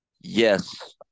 Yes